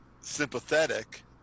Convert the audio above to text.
sympathetic